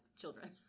children